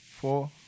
four